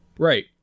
Right